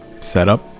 setup